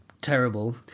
terrible